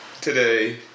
today